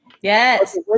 Yes